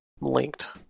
linked